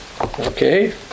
Okay